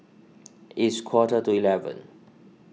its quarter to eleven